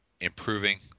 improving